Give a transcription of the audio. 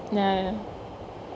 ya